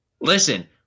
Listen